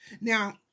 Now